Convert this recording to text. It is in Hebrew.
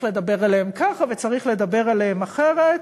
לדבר עליהם ככה וצריך לדבר עליהם אחרת.